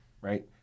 right